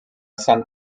san